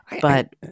But-